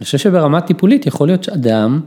אני חושב שברמה הטיפולית יכול להיות שאדם...